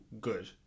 good